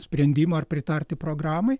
sprendimo ar pritarti programai